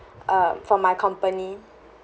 uh from my company